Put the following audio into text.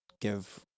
give